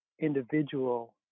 individual